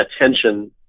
attention